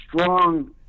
strong